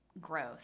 growth